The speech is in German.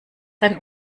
ein